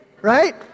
right